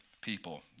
people